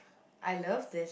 I love this